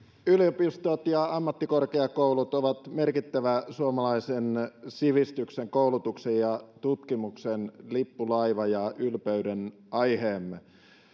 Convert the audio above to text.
yliopistot ja ammattikorkeakoulut ovat merkittävä suomalaisen sivistyksen koulutuksen ja tutkimuksen lippulaiva ja ylpeydenaiheemme